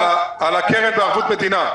על הקרן בערבות מדינה.